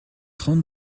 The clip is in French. trente